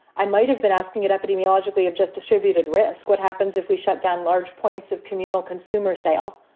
i might have been asking it epidemiologically of just distributed risk. what happens if we shut down large points of communal consumer sale?